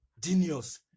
Genius